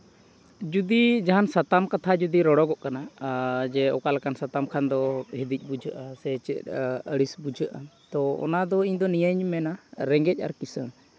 ᱡᱩᱫᱤ ᱡᱟᱦᱟᱱᱟ ᱥᱟᱛᱟᱢ ᱠᱟᱛᱷᱟ ᱡᱩᱫᱤ ᱨᱚᱲᱚᱜᱚᱜ ᱠᱟᱱᱟ ᱟᱨ ᱡᱮ ᱚᱠᱟ ᱞᱮᱠᱟᱱ ᱥᱟᱛᱟᱢ ᱠᱷᱟᱱ ᱫᱚ ᱦᱤᱫᱤᱡᱽ ᱵᱩᱡᱷᱟᱹᱜᱼᱟ ᱥᱮ ᱪᱮᱫ ᱟᱹᱲᱤᱥ ᱵᱩᱡᱷᱟᱹᱜᱼᱟ ᱛᱚ ᱚᱱᱟ ᱫᱚ ᱤᱧ ᱫᱚ ᱱᱤᱭᱟᱹᱧ ᱢᱮᱱᱟ ᱨᱮᱸᱜᱮᱡᱽ ᱟᱨ ᱠᱤᱥᱟᱹᱬ